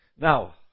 Now